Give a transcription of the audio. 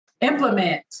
implement